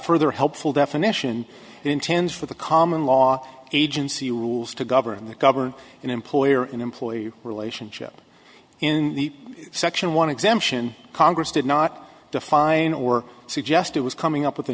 further helpful definition it intends for the common law agency rules to govern that govern an employer and employee relationship in the section one exemption congress did not define or suggest it was coming up with a